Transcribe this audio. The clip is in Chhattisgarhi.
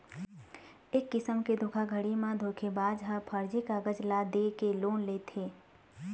ए किसम के धोखाघड़ी म धोखेबाज ह फरजी कागज ल दे के लोन ले लेथे